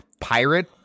pirate